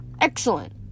Excellent